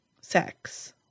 sex